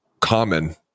common